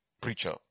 preacher